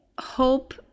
hope